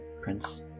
Prince